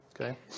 Okay